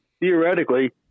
theoretically